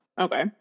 okay